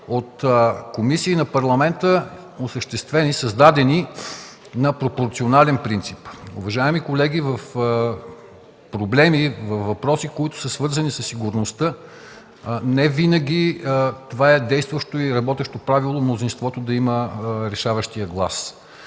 от комисии на Парламента, създадени на пропорционален принцип. Уважаеми колеги, по проблеми и въпроси, свързани със сигурността, невинаги това е действащото и работещо правило – мнозинството да има решаващия глас.